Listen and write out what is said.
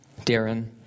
Darren